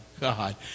God